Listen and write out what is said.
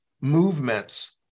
movements